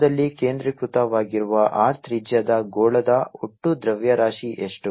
ಮೂಲದಲ್ಲಿ ಕೇಂದ್ರೀಕೃತವಾಗಿರುವ R ತ್ರಿಜ್ಯದ ಗೋಳದ ಒಟ್ಟು ದ್ರವ್ಯರಾಶಿ ಎಷ್ಟು